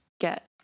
get